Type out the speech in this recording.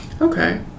Okay